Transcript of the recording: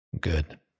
Good